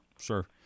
Sure